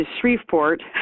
Shreveport